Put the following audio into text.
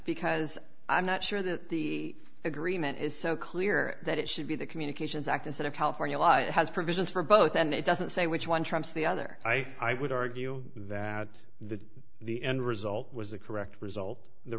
because i'm not sure that the agreement is so clear that it should be the communications act instead of california law it has provisions for both and it doesn't say which one trumps the other i would argue that the the end result was the correct result the